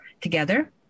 together